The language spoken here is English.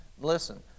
Listen